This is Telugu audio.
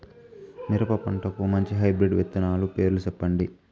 మిరప పంటకు మంచి హైబ్రిడ్ విత్తనాలు పేర్లు సెప్పండి?